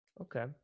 Okay